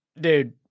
dude